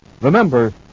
Remember